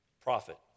profit